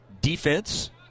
defense